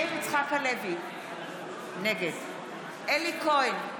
בעד מאיר יצחק הלוי, נגד אלי כהן,